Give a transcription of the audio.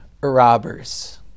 robbers